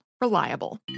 Reliable